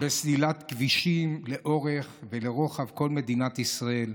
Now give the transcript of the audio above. בסלילת כבישים לאורך ולרוחב כל מדינת ישראל.